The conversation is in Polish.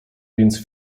więc